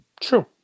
true